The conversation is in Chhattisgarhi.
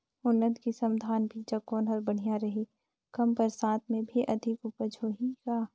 उन्नत किसम धान बीजा कौन हर बढ़िया रही? कम बरसात मे भी अधिक उपज होही का?